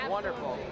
Wonderful